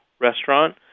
restaurant